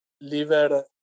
Liver